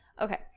Okay